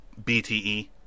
BTE